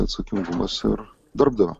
atsakingumas ir darbdavio